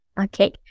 Okay